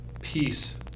peace